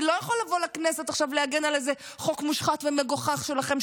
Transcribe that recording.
אני לא יכול לבוא לכנסת עכשיו להגן על איזה חוק מושחת ומגוחך שלכם,